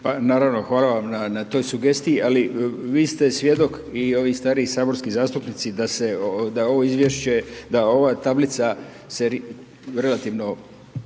naravno, hvala vam na toj sugestiji, ali vi ste svjedok i ovi stariji saborski zastupnici da se, da ovo izvješće, da ova tablica se relativno